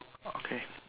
okay